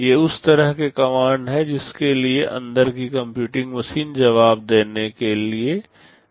ये उस तरह के कमांड हैं जिसके लिए अंदर की कंप्यूटिंग मशीन जवाब देने के लिए जिम्मेदार हैं